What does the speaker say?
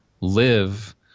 live